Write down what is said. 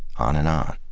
on and on.